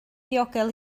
ddiogel